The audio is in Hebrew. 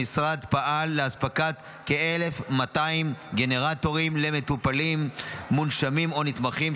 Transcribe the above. המשרד פעל לאספקת כ-1,200 גנרטורים למטופלים מונשמים או נתמכים,